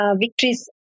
victories